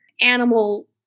Animal